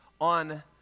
on